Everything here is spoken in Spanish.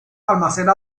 almacena